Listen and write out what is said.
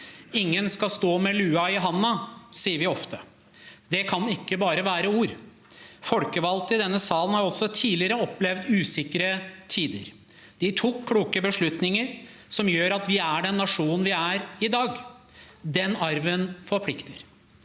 Ingen skal stå med lua i hånda, sier vi ofte. Det kan ikke bare være ord. Folkevalgte i denne salen har også tidligere opplevd usikre tider. De tok kloke beslutninger som gjør at vi er den nasjonen vi er i dag. Den arven forplikter.